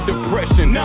Depression